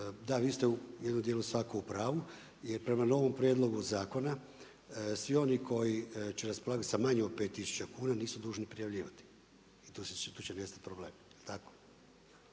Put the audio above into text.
se ne razumije./… u pravu jer prema novom prijedlogu zakona, svi oni koji će raspolagati na manje od 5000 kuna nisu dužni prijavljivati. I tu će nastati problem, jel